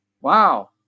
Wow